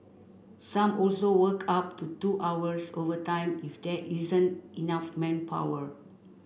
some also work up to two hours overtime if there isn't enough manpower